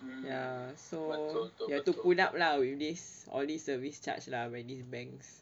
ya so you have to put up lah with this all these service charge lah when these banks